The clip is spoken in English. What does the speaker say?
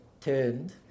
turned